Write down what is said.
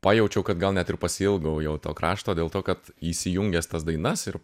pajaučiau kad gal net ir pasiilgau jau to krašto dėl to kad įsijungęs tas dainas ir